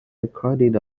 recorded